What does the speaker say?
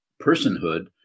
personhood